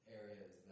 areas